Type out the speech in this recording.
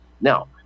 Now